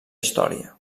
història